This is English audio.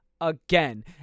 again